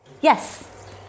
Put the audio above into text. Yes